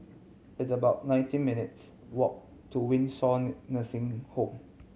it's about nineteen minutes' walk to Windsor Nursing Home